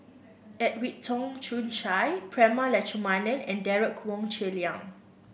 Edwin Tong Chun Fai Prema Letchumanan and Derek Wong Zi Liang